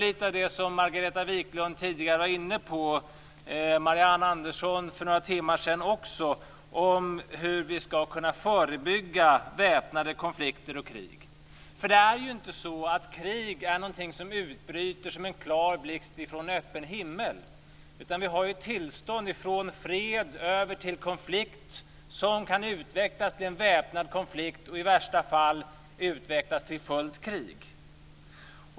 Lite av det var Margareta Viklund inne på, liksom Marianne Andersson för några timmar sedan. Det handlar alltså om hur vi ska kunna förebygga väpnade konflikter och krig. Det är ju inte så att krig är något som utbryter och kommer som en klar blixt från öppen himmel, utan vi har tillstånd - från fred över till konflikt - som kan utvecklas till en väpnad konflikt och i värsta fall till fullt krig.